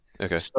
Okay